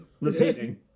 repeating